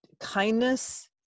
kindness